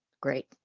great